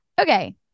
okay